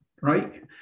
right